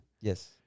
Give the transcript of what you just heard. Yes